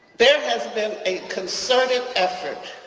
there has been a concerted effort